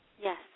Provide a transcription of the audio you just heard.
Yes